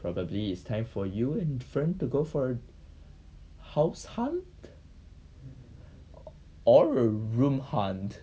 probably it's time for you and fern to go for house hunt or a room hunt